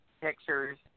pictures